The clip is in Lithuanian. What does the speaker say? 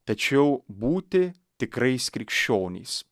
tačiau būti tikrais krikščionys